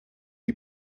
you